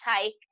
take